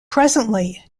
presently